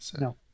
No